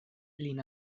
lin